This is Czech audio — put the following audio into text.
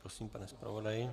Prosím, pane zpravodaji.